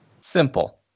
Simple